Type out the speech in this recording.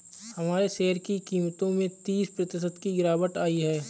हमारे शेयर की कीमतों में तीस प्रतिशत की गिरावट आयी है